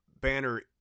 banner